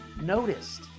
noticed